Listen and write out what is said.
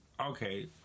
okay